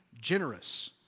generous